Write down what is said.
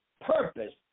purpose